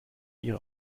ihre